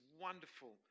wonderful